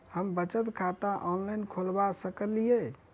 हम बचत खाता ऑनलाइन खोलबा सकलिये?